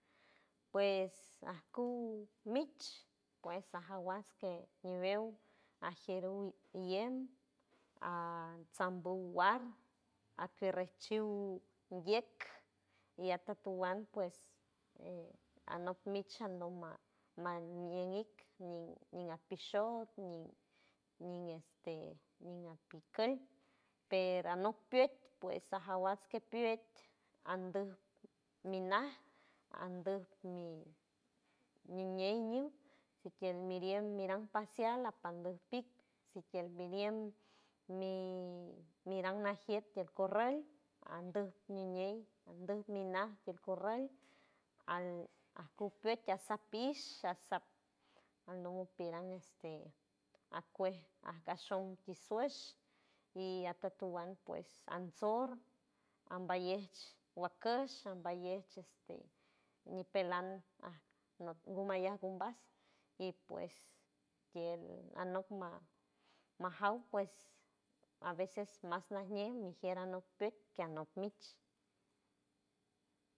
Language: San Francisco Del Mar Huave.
Pues acu mich pues aja guasque ñibeu ajeru iyem a asandu guard aque riechu guietk y atotowand pues e anok mich anoma nam niñen mic nin apishold nin ñin este apicul pero anok piet pues ajaguas que piet andu minat andu miran miñey ñun kield mirien miran pasial atando pik sitield mirien mi miran najiet ti alcorral andu miñiey andu minac tial corral al acul piet ti asot pich asac andolo piran este acuej agashon kisuesh y atotowand pues ansor ambayesh guacosh ambayey este ñipeland aj nok gumayan gumbas y pues kield anokma majaus pues a veces mas najñe mijiera not pet que anok mich.